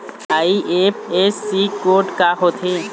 IFSC code का होथे?